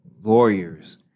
lawyers